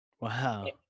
Wow